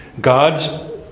God's